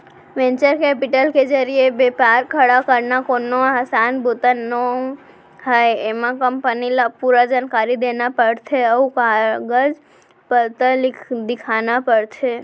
venture capital के जरिए बेपार खड़ा करना कोनो असान बूता नोहय एमा कंपनी ल पूरा जानकारी देना परथे अउ कागज पतर दिखाना परथे